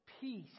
peace